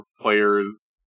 players